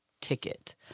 ticket